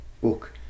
book